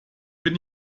bin